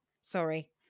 Sorry